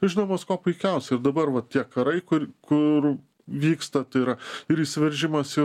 žinomos kuo puikiausiai dabar va tie karai kur kur vyksta tai yra ir įsiveržimas į